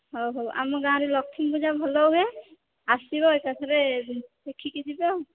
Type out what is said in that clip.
ହଁ ହୋଉ ଆମ ଗାଁରେ ଲକ୍ଷ୍ମୀ ପୂଜା ଭଲ ହୁଏ ଆସିବ ଏକାଥରେ ଦେଖିକି ଯିବେ ଆଉ